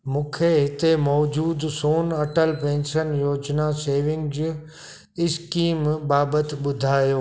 मूंखे हिते मौजूदु सोन अटल पेंशन योजना सेविंग ज इस्कीम बाबति ॿुधायो